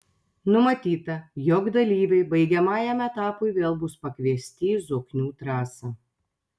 numatyta jog dalyviai baigiamajam etapui vėl bus pakviesti į zoknių trasą